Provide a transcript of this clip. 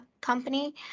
company